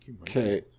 okay